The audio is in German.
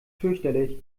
fürchterlich